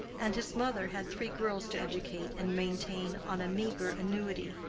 and his mother had three girls to educate and maintain on a meagre annuity.